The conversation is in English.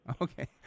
okay